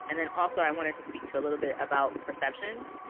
and then also i wanted to speak to a little bit about perceptions.